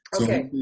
Okay